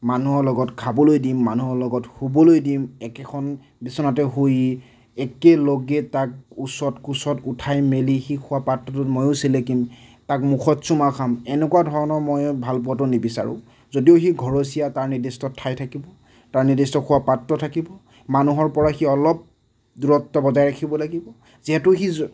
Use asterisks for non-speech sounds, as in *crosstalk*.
মানুহৰ লগত খাবলৈ দিম মানুহৰ লগত শুবলৈ দিম একেখন বিচনাতেই শুই একেলগে তাক ওচৰত কোচত উঠাই মেলি সি খোৱা পাতটোত ময়ো চেলেকিম তাক মুখত চুমা খাম এনেকুৱা ধৰণৰ মই ভালপোৱাটো নিবিচাৰোঁ যদিও সি ঘৰচীয়া তাৰ নিৰ্দিষ্ট ঠাই থাকিব তাৰ নিৰ্দিষ্ট খোৱা পাত্ৰ থাকিব মানুহৰপৰা সি অলপ দূৰত্ব বজাই ৰাখিব লাগিব যিহেতু সি *unintelligible*